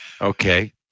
Okay